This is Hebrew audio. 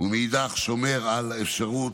ומאידך גיסא שומר על האפשרות